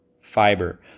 fiber